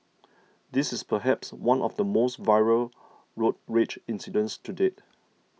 this is perhaps one of the most viral road rage incidents to date